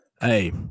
Hey